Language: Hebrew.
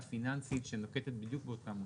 פיננסית שנוקטת בדיוק באותם המונחים.